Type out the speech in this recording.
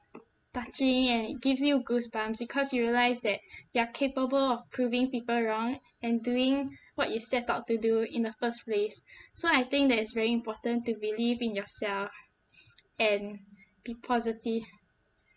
touching and it gives you goosebumps because you realise that you're capable of proving people wrong and doing what you set out to do in the first place so I think that it's very important to believe in yourself and be positive